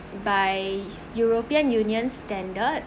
by european union standard